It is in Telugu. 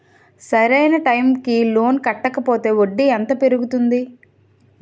సరి అయినా టైం కి లోన్ కట్టకపోతే వడ్డీ ఎంత పెరుగుతుంది?